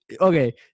okay